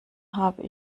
hab